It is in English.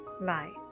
lie